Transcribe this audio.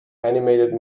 animated